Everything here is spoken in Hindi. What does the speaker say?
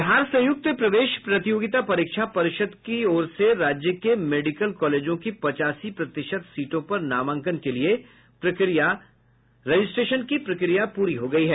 बिहार संयुक्त प्रवेश प्रतियोगिता परीक्षा पर्षद की ओर से राज्य के मेडिकल कॉलेजों की पचासी प्रतिशत सीटों पर नामांकन के लिए रजिस्ट्रेशन की प्रक्रिया पूरी हो गयी है